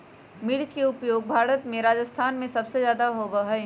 मिर्च के उपज भारत में राजस्थान में सबसे ज्यादा होबा हई